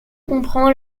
comprend